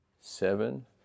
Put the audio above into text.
seven